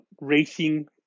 racing